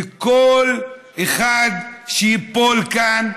וכל אחד שייפול כאן,